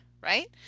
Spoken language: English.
right